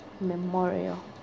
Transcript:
memorial